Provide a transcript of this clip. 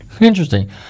Interesting